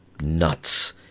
nuts